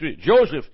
Joseph